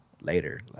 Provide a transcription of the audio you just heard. later